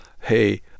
hey